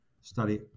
study